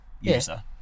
user